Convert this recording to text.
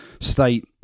state